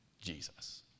Jesus